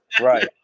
right